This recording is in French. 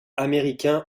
américain